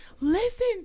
listen